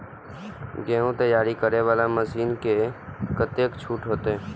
गेहूं तैयारी करे वाला मशीन में कतेक छूट होते?